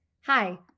Hi